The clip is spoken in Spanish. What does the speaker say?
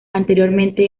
anteriormente